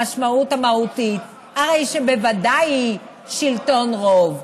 המשמעות המהותית, הרי שבוודאי היא שלטון רוב.